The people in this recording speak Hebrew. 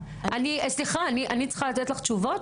אני צריכה לתת לך תשובות?